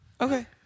Okay